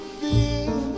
feel